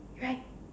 right